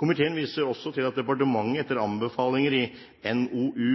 Komiteen viser også til at departementet, etter anbefalinger i NOU